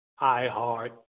iHeart